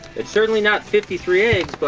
it's certainly not fifty three